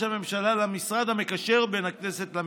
הממשלה למשרד המקשר בין הכנסת לממשלה,